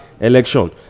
election